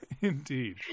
indeed